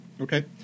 Okay